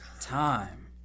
time